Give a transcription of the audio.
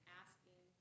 asking